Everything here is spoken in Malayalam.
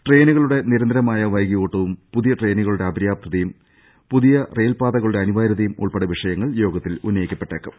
ട്രെയിനുകളുടെ നിരന്തരമായ വൈകി ഓട്ടവും പുതിയ ട്രെയിനുകളുടെ അപര്യാപ്തതയും പുതിയ റെയിൽപ്പാതകളുടെ അനിവാര്യതയും ഉൾപ്പെടെ വിഷയ ങ്ങൾ യോഗത്തിൽ ഉന്നയിക്കപ്പെട്ടേക്കും